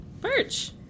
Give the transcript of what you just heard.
Birch